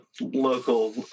local